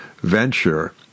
venture